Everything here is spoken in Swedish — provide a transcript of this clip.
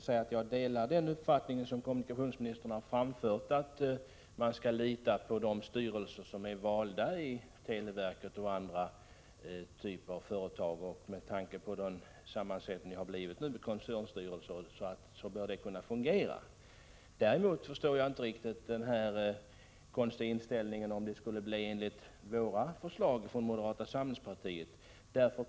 Herr talman! Jag delar den uppfattning som kommunikationsministern har framfört, att man skall lita på de styrelser som är valda i televerket och andra typer av företag. Med tanke på den sammansättning som gäller nu, med koncernstyrelser, bör det kunna fungera. Däremot förstod jag inte riktigt den konstiga inställningen till hur det skulle bli enligt förslagen från oss i moderata samlingspartiet.